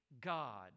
God